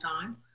time